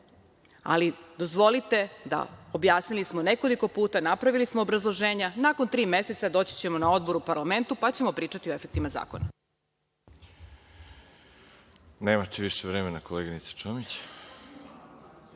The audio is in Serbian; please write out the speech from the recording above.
ali dozvolite, objasnili smo nekoliko puta, napravili smo obrazloženja, nakon tri meseca doći ćemo na odbor u parlamentu, pa ćemo pričati o efektima zakona. **Đorđe Milićević** Nemate više